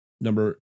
number